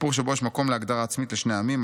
סיפור שבו יש מקום להגדרה עצמית לשני העמים,